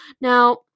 Now